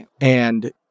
And-